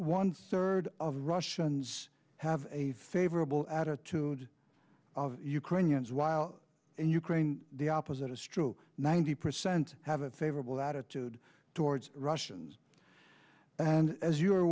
one third of russians have a favorable attitude of ukrainians while in ukraine the opposite is true ninety percent have a favorable attitude towards russians and as you are